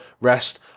rest